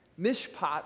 Mishpat